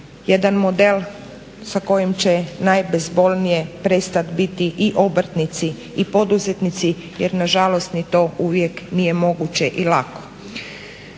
jedan model sa kojim će najbezbolnije prestat biti i obrtnici i poduzetnici jer nažalost ni to uvijek nije moguće i lako.